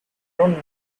one